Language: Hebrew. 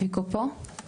ויקו פה?